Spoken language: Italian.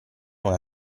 una